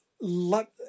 let